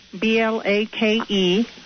B-L-A-K-E